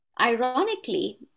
Ironically